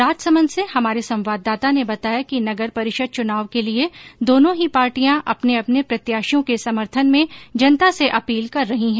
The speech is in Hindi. राजसमंद से हमारे संवाददाता ने बताया कि नगर परिषद चुनाव के लिए दोनों ही पार्टियां अपने अपने प्रत्याशियों के समर्थन में जनता से अपील कर रही है